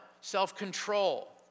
self-control